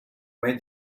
made